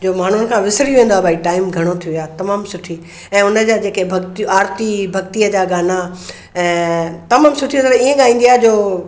जो माण्हुनि खां विसरी वेंदो आहे टाइम घणो थियो आ तमामु सुठी ऐं उनजा जेके भक्ति आरती भक्तिअ जा गाना ऐं तमामु सुठी तरह ईअं गाईंदी आहे जो